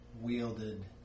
wielded